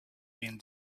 been